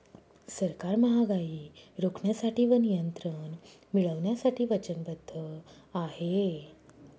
सरकार महागाई रोखण्यासाठी व नियंत्रण मिळवण्यासाठी वचनबद्ध आहे